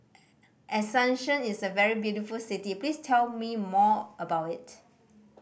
Asuncion is a very beautiful city please tell me more about it